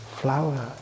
flower